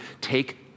take